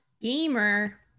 gamer